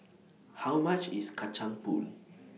How much IS Kacang Pool